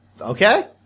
Okay